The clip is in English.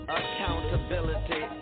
accountability